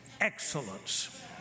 excellence